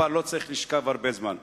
מטופל לא צריך לשכב הרבה זמן,